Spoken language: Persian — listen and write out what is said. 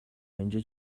اینجا